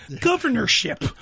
governorship